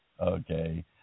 Okay